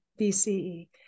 BCE